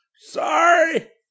Sorry